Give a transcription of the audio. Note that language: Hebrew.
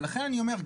לכן אני אומר,